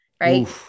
Right